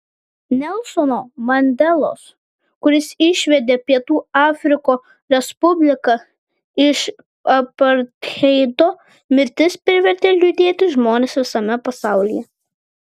nelsono mandelos kuris išvedė pietų afriko respubliką iš apartheido mirtis privertė liūdėti žmones visame pasaulyje